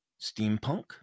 steampunk